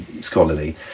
scholarly